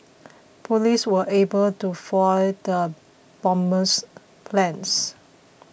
police were able to foil the bomber's plans